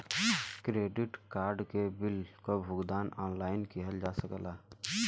credit card के bill क भुगतान ऑनलाइन किहल जा सकला